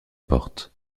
porte